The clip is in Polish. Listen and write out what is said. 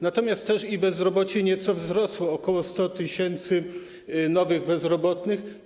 Natomiast bezrobocie nieco wzrosło, to ok. 100 tys. nowych bezrobotnych.